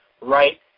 right